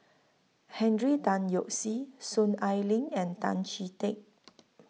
Henry Tan Yoke See Soon Ai Ling and Tan Chee Teck